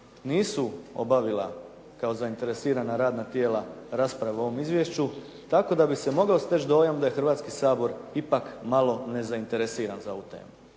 nisu obavila kao zainteresirana radna tijela raspravu o ovom izvješću, tako da bi se mogao steći dojam da je Hrvatski sabor ipak malo nezainteresiran za ovu temu.